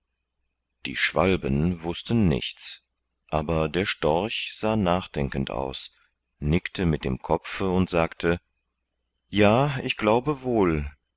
die schwalben wußten nichts aber der storch sah nachdenkend aus nickte mit dem kopfe und sagte ja ich glaube wohl